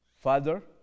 Father